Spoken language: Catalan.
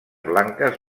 blanques